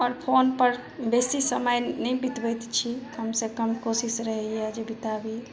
आओर फोन पर बेसी समय नहि बितबैत छी कम से कम कोशिश रहैया जे बिताबी